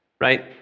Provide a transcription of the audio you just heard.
right